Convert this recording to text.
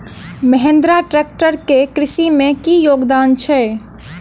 Mahindra tractor केँ कृषि मे की योगदान छै?